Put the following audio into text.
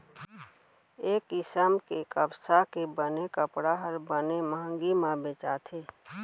ए किसम के कपसा के बने कपड़ा ह बने मंहगी म बेचाथे